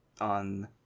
on